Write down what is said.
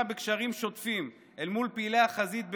בקשרים שוטפים אל מול פעילי החזית ביו"ש.